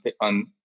on